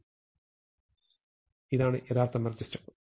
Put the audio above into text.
അതിനാൽ ഇതാണ് യഥാർത്ഥ മെർജ് സ്റ്റെപ്പ്